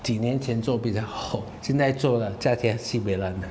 几年前做比较好现在做的价钱 sibeh 烂